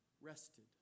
rested